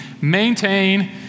Maintain